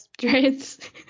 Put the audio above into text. dreads